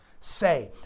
say